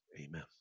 Amen